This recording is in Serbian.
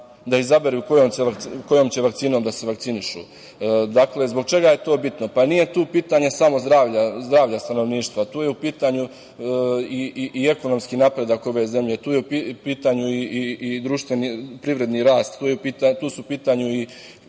da izaberu kojom će vakcinom da se vakcinišu. Zbog čega je to bitno? Pa nije tu pitanje samo zdravlja stanovništva, tu je u pitanju i ekonomski napredak ove zemlje, tu je u pitanju i društveni i privredni rast, tu su u pitanju i